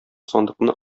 сандыкны